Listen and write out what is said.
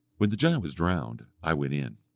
when the giant was drowned i went in,